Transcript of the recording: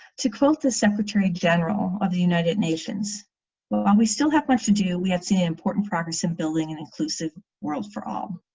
to quote the secretary-general of the united nations but while we still have much to do we have seen important progress in building an inclusive world for all.